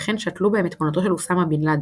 וכן שתלו בהם את תמונתו של אוסאמה בן לאדן,